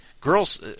girls